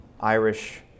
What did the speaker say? Irish